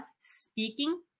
speaking